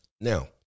Now